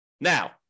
Now